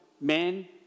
men